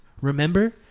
Remember